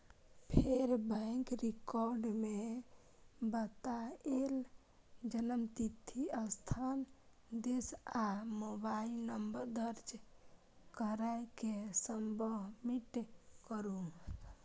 फेर bank record मे बतायल जन्मतिथि, स्थान, देश आ मोबाइल नंबर दर्ज कैर के सबमिट करू